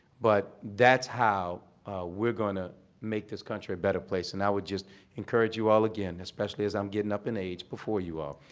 but that's how we're going to make this country a better place. and i would just encourage you all again, especially as i'm getting up in age before you all,